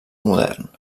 modern